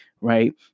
right